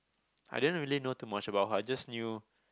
I didn't really know too much about her I just knew